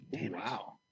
wow